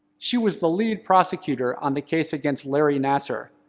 she was the lead prosecutor on the case against larry nassar,